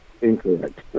incorrect